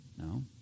No